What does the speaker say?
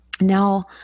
Now